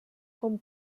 com